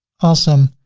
awesome.